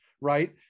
right